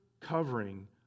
covering